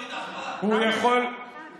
הוא יכול גם להוליד עכבר.